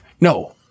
No